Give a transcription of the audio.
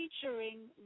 featuring